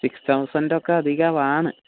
six thousand ഒക്കെ അധികവാണ്